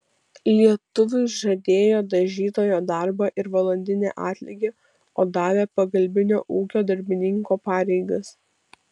lietuviui žadėjo dažytojo darbą ir valandinį atlygį o davė pagalbinio ūkio darbininko pareigas